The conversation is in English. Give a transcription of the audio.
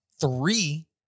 three